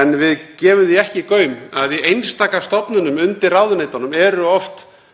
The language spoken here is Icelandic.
en við gefum því ekki gaum að í einstaka stofnunum undir ráðuneytunum er oft